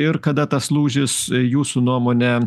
ir kada tas lūžis jūsų nuomone